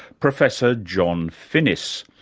professor john finnis,